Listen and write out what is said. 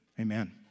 Amen